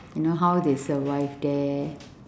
you know how they survive there